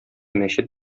мәчет